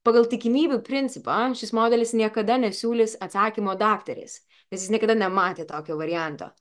pagal tikimybių principą šis modelis niekada nesiūlys atsakymo daktarės nes jis niekada nematė tokio varianto